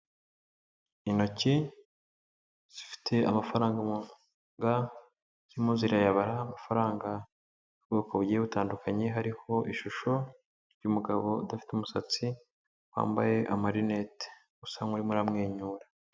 Intoki zifite amafaranga mu biganza zirimo zirayabara, amafaranga y'ubwoko bugiye butandukanye, hariho ishusho y'umugabo udafite umusatsi, wambaye amarinete usa nk'urimo aramwenyura.